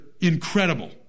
incredible